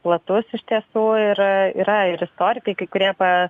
platus iš tiesų yra yra ir istorikai kai kurie pa